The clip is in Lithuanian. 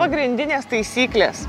pagrindinės taisyklės